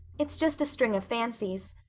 it's just a string of fancies.